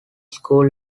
school